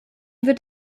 wird